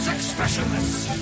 Expressionless